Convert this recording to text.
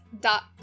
dot